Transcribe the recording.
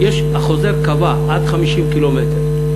החוזר קבע: עד 50 קילומטר.